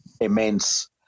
immense